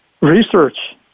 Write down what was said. research